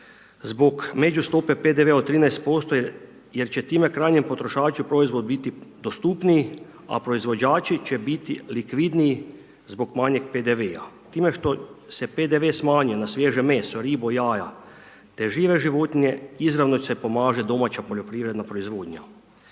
Zbog međustope PDV-a od 13% jer će time krajnjem potrošaču proizvod biti dostupniji, a proizvođači će biti likvidniji zbog manjeg PDV-a, time što se PDV smanjio na svježe meso, ribu, jaja, te žive životinje, izravno se pomaže domaća poljoprivredna proizvodnja.